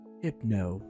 hypno